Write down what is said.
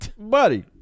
Buddy